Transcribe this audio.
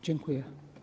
Dziękuję.